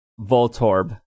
Voltorb